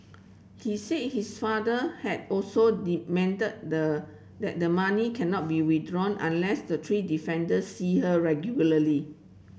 he say his father had also that the money cannot be withdrawn unless the three defendant see her regularly